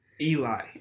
Eli